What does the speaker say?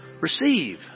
Receive